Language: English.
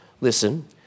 listen